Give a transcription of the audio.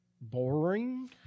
Boring